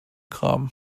kram